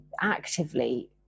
actively